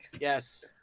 Yes